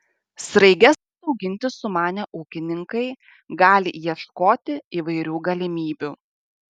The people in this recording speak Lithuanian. sraiges auginti sumanę ūkininkai gali ieškoti įvairių galimybių